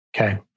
Okay